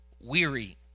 weary